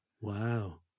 wow